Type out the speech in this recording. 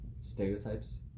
stereotypes